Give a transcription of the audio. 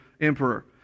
emperor